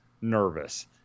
nervous